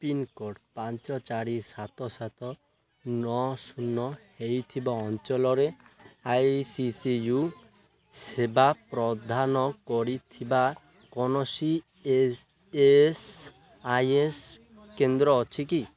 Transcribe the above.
pincode ପାଞ୍ଚ ଚାରି ସାତ ସାତ ନଅ ଶୂନ ହୋଇଥିବା ଅଞ୍ଚଳରେ ଆଇ ସି ୟୁ ସେବା ପ୍ରଦାନ କରୁଥିବା କୌଣସି S E S I C କେନ୍ଦ୍ର ଅଛି କି